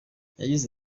yagize